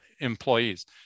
employees